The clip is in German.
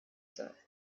soll